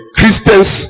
Christians